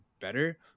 better